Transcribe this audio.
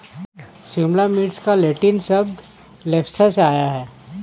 शिमला मिर्च का नाम लैटिन शब्द लेप्सा से आया है